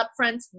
Upfronts